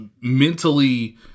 mentally